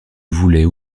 voulaient